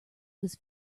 was